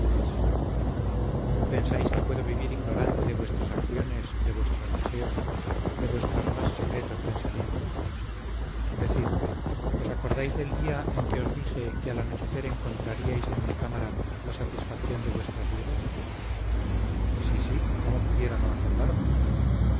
pensáis que puedo vivir ignorante de vuestras acciones de vuestros deseos de vuestros más secretos pensamientos decid os acordáis del día en que os dije que al anochecer encontraríais en mi cámara la satisfacción de vuestras dudas sí sí cómo pudiera no acordarme